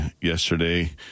yesterday